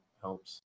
helps